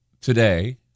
today